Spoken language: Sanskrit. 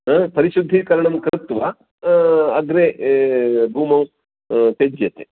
हा परिशुद्धीकरणं कृत्वा अग्रे भूमौ त्यज्यते